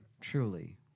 truly